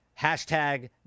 hashtag